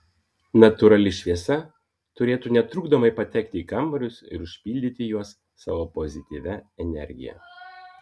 natūrali šviesa turėtų netrukdomai patekti į kambarius ir užpildyti juos savo pozityvia energija